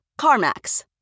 CarMax